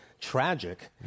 tragic